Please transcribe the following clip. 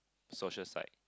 social psych